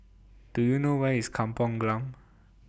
Do YOU know Where IS Kampong Glam